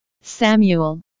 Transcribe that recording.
samuel